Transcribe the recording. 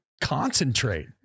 concentrate